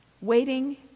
Waiting